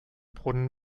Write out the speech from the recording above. brunnen